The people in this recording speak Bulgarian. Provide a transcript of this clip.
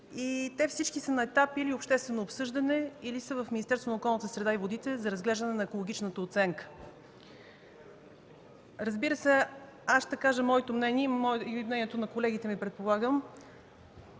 Всички те са на етап или обществено обсъждане, или са в Министерството на околната среда и водите за разглеждане на екологичната оценка. Разбира се, ще кажа моето мнение и мнението на колегите ми, предполагам.